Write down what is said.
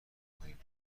کنیم